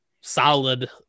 solid